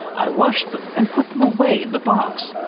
i wash them and put them away in the box.